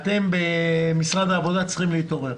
אתם במשרד העבודה צריכים להתעורר,